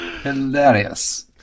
Hilarious